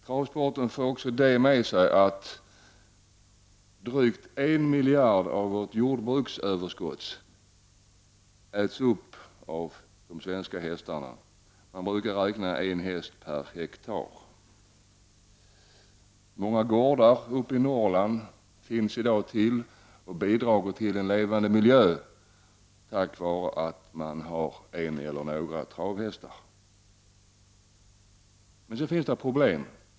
Travsporten för också det goda med sig att drygt en miljard av vårt jordbruksöverskott äts upp av de svenska hästarna — man brukar räkna en häst per hektar. Många gårdar i Norrland kan i dag existera och bidra till en levande miljö tack vare att man har en eller ett par travhästar. Men det finns problem.